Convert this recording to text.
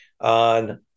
on